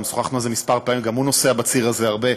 וגם הוא נוסע בציר הזה הרבה,